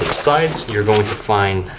like sides, you're going to find